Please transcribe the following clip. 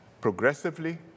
progressively